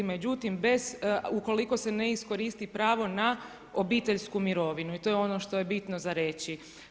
Međutim, ukoliko se ne iskoristi pravo na obiteljsku mirovinu i to je ono što je bitno za reći.